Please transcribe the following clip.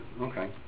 Okay